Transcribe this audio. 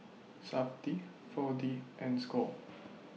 Safti four D and SCORE